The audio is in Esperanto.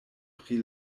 pri